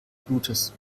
blutes